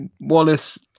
wallace